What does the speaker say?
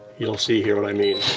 you'll see here what i mean.